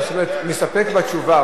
כלומר מסתפקים בתשובה,